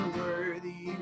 worthy